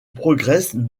progresse